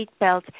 seatbelt